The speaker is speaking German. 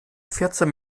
vierzehn